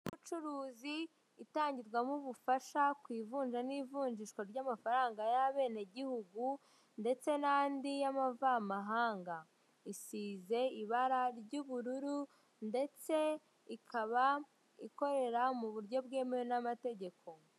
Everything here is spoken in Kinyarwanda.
Ubucuruzi itangirwamo ubufasha ku ivunja n'ivunjishwa ry'amafaranga y'abenegihugu ndetse n'andi y'amavamahanga, isize ibara ry'ubururu ndetse ikaba ikorera mu buryo bwemewe n'amategeko.